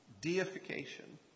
Deification